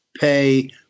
pay